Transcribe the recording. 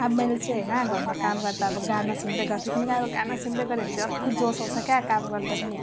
अब मैले चाहिँ होइन घरमा काम गर्दा अब गाना सुन्दै गर्छु किनकि अब गाना सुन्दै गरेँ भने चाहिँ अर्को जोस आउँछ क्या काम गर्दा पनि